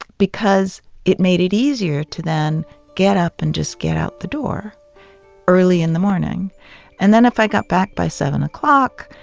because it made it easier to then get up and just get out the door early in the morning and then if i got back by seven o'clock,